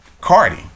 Cardi